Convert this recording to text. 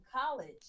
college